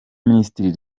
minisitiri